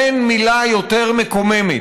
אין מילה יותר מקוממת,